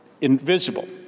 invisible